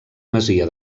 masia